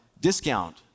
discount